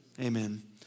Amen